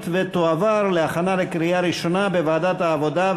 ותועבר להכנה לקריאה ראשונה בוועדת העבודה,